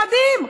מדהים.